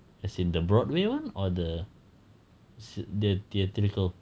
as in the broadway one or the thea~ thea~ theatrical